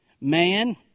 man